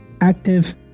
active